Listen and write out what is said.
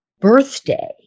birthday